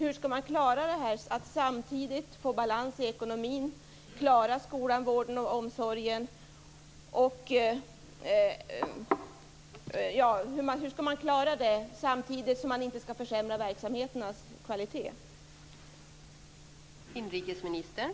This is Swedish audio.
Hur skall de klara att samtidigt få balans i ekonomin, klara skolan, vården och omsorgen samtidigt som verksamheternas kvalitet inte får försämras?